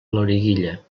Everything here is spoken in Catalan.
loriguilla